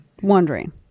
wondering